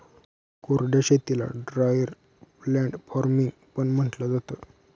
कोरड्या शेतीला dryer land farming पण म्हंटलं जातं